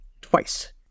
twice